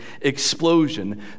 explosion